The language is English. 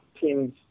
teams